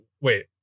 Wait